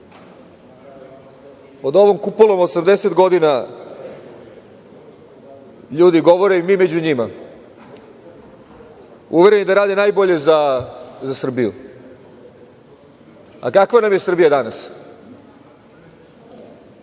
ovom kupolom 80 godina ljudi govore, i mi među njima, uvereni da rade najbolje za Srbiju, a kakva nam je Srbija danas?